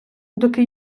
доки